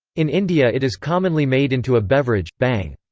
in india it is commonly made into a beverage, bhang.